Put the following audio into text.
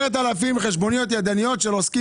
בשביל 10,000 חשבוניות ידניות של עוסקים